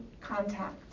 contact